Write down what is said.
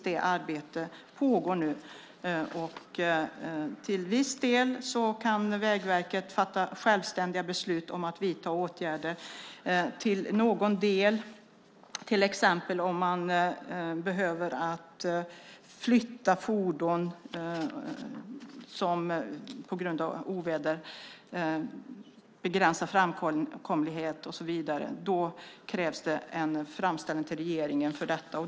Det arbetet pågår nu, och till viss del kan Vägverket fatta självständiga beslut om att vidta åtgärder till någon del, till exempel om man behöver flytta fordon som på grund av oväder begränsar framkomligheten och så vidare. Då krävs en framställning till regeringen för detta.